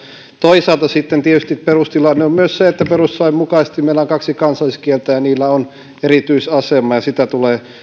toisaalta sitten tietysti perustilanne on myös se että perustuslain mukaisesti meillä on kaksi kansalliskieltä ja niillä on erityisasema ja sitä tulee